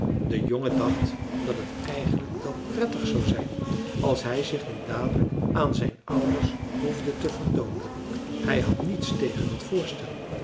de jongen dacht dat het eigenlijk wel prettig zou zijn als hij zich niet dadelijk aan zijn ouders hoefde te vertoonen hij had niets tegen dat voorstel